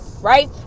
Right